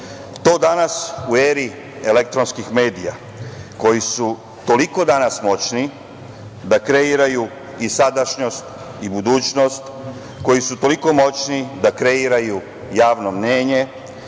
danas u eri elektronskih medija koji su toliko danas moćni da kreiraju i sadašnjost i budućnost, koji su toliko moćni da kreiraju javno mnjenje,